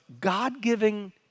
God-giving